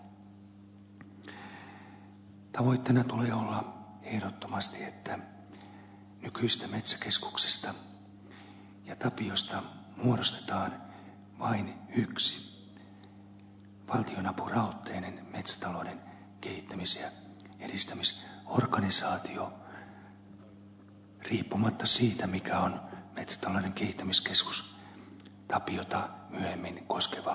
tavoitteena tulee olla ehdottomasti että nykyisestä metsäkeskuksesta ja tapiosta muodostetaan vain yksi valtionapurahoitteinen metsätalouden kehittämis ja edistämisorganisaatio riippumatta siitä mikä on metsätalouden kehittämiskeskus tapiota myöhemmin koskeva ratkaisu